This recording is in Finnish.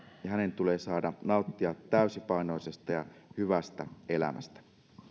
ja hänen tulee saada nauttia täysipainoisesta ja hyvästä elämästä